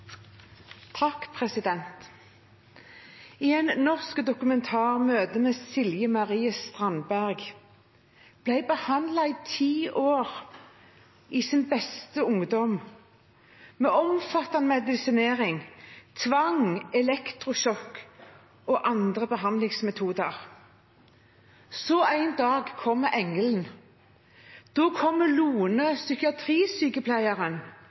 I en norsk dokumentar møter vi Silje Marie Strandberg. Hun ble i ti år i sin beste ungdom behandlet med omfattende medisinering, tvang, elektrosjokk og andre behandlingsmetoder. Så en dag kom engelen, da kom Lone, psykiatrisykepleieren